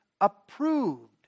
approved